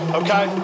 okay